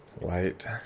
light